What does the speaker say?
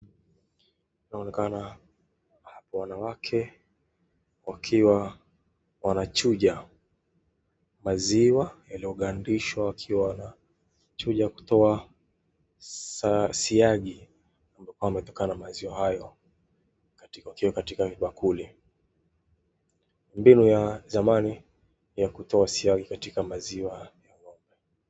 Inaonekana wanawake wakiwa wanachuja maziwa yaliyogandishwa wakiwa wanachuja kutoa siagi yaliyokua yametokana na maziwa hayo wakiweka katika bakuli mbinu ya zamani ya kutoa siagi katika maziwa.